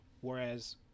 Whereas